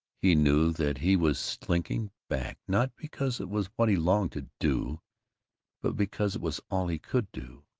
he knew that he was slinking back not because it was what he longed to do but because it was all he could do.